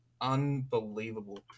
unbelievable